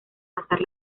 pasar